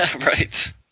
Right